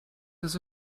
does